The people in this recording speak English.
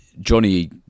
Johnny